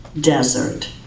desert